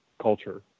culture